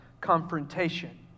confrontation